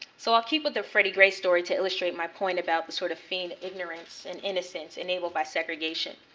so i'll keep with the freddie gray story to illustrate my point about the sort of feigned ignorance and innocence enabled by segregation.